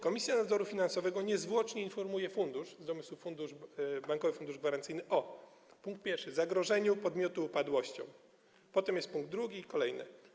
Komisja Nadzoru Finansowego niezwłocznie informuje fundusz - w domyśle Bankowy Fundusz Gwarancyjny - o, pkt 1, zagrożeniu podmiotu upadłością, potem jest pkt 2 i kolejne.